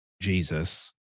Jesus